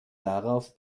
darauf